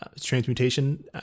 transmutation